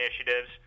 initiatives